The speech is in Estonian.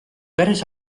päris